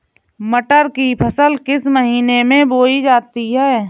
मटर की फसल किस महीने में बोई जाती है?